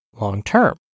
long-term